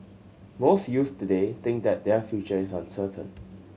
most youths today think that their future is uncertain